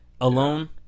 alone